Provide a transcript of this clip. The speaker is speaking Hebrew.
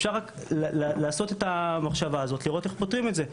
אפשר רק לעשות את המחשבה הזאת ולראות איך פותרים את זה,